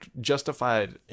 justified